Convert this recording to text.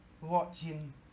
watching